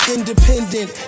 Independent